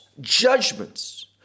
judgments